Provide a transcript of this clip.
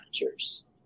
managers